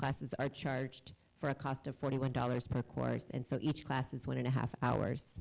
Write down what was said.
classes are charged for a cost of forty one dollars per course and so each class is one and a half hours